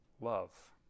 love